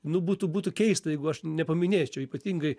nu būtų būtų keista jeigu aš nepaminėčiau ypatingai